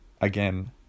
again